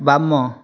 ବାମ